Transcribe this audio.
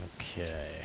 Okay